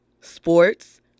sports